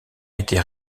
été